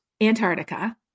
Antarctica